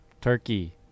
Turkey